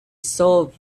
solve